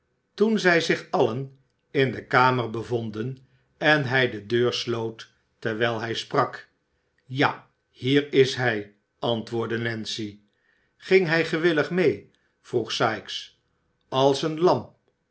toen zij zich allen in de kamer bevonden en hij de deur sloot terwijl hij sprak ja hier is hij antwoordde nancy ging hij gewillig mee vroeg sikes als een lam